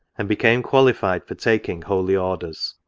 and became qualified for taking holy orders.